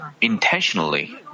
intentionally